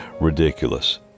Ridiculous